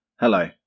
Hello